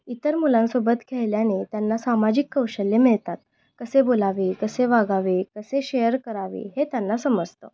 इतर मुलांसोबत खेळल्याने त्यांना सामाजिक कौशल्य मिळतात कसे बोलावे कसे वागावे कसे शेअर करावे हे त्यांना समजतं